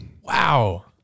wow